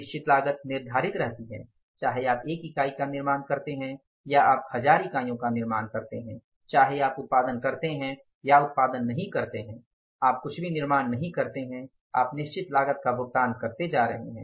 निश्चित लागत निर्धारित रहती है चाहे आप एक इकाई का निर्माण करते हैं या आप 1000 इकाइयों का निर्माण करते हैं चाहे आप उत्पादन करते हैं या उत्पादन नहीं करते हैं आप कुछ भी निर्माण नहीं करते हैं आप निश्चित लागत का भुगतान करने जा रहे हैं